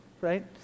right